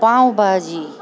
pav bhaji